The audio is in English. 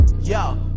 Yo